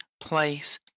place